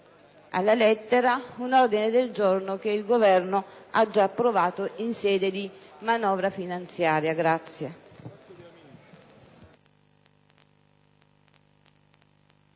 alla lettera un ordine del giorno che il Governo ha già approvato in sede di manovra finanziaria.